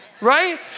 right